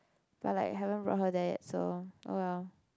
but like haven't brought her there yet so oh well